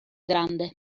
grande